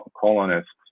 colonists